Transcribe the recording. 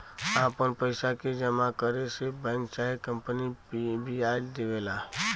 आपन पइसा के जमा करे से बैंक चाहे कंपनी बियाज देवेला